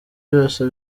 byose